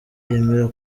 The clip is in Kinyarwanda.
yemera